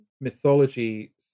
mythology